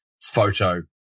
photo